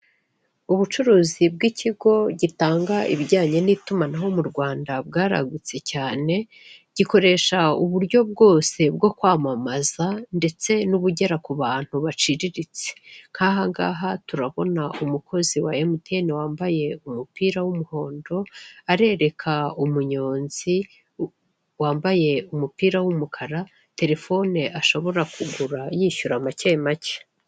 Ubucuruzi bw'ikigo gitanga ibijyanye n'itumanaho mu Rwanda bwaragutse cyane, gikoresha uburyo bwose bwo kwamamaza ndetse nubugera ku bantu baciriritse. Nkahangaha turabona umukozi wa emutiyene wambaye umupira w'umuhondo arereka umunyonzi wambaye umupira w'umukara Telefone ashobora kugura yishyura make make.